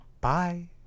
Bye